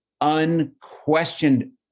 unquestioned